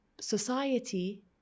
Society